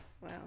Wow